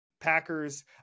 Packers